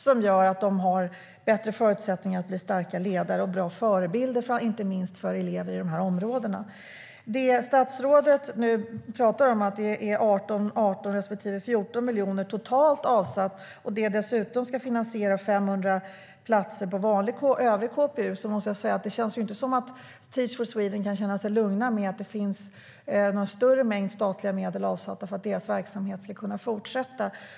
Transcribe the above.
Det gör att de har bättre förutsättningar att bli starka ledare och bra förebilder inte minst för elever i dessa områden. Statsrådet talar nu om att det är 18 respektive 14 miljoner totalt avsatt. Det ska dessutom finansiera 500 platser på övrig KPU. Det verkar inte som att Teach for Sweden kan känna sig lugn med att det finns någon större mängd statliga medel avsatta för att verksamheten ska kunna fortsätta.